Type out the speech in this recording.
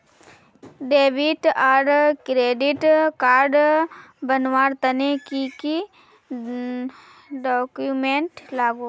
Debit आर credit card बनवार तने की की डॉक्यूमेंट लागे?